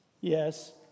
Yes